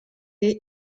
est